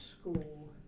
school